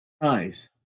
Nice